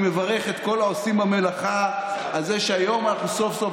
אני מברך את כל העושים במלאכה על זה שהיום אנחנו סוף-סוף